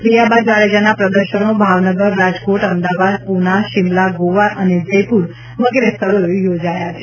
પ્રિયાબા જાડેજાના પ્રદર્શનો ભાવનગર રાજકોટ અમદાવાદ પુન્ના શીમલા ગોવા જયપુર વગેરે સ્થળોએ યોજાયા છે